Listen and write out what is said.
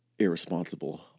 Irresponsible